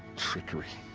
trickery.